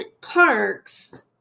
Parks